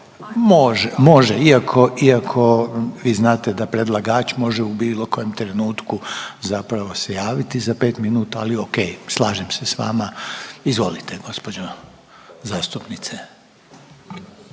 može iako vi znate da predlagač može u bilo kojem trenutku zapravo se javiti za pet minuta. Ali o.k. Slažem se sa vama. Izvolite gospođo zastupnice.